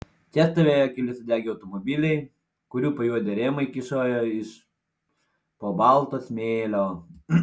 čia stovėjo keli sudegę automobiliai kurių pajuodę rėmai kyšojo iš po balto smėlio